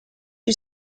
you